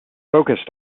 focused